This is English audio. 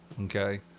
okay